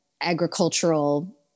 agricultural